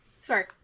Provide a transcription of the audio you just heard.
Sorry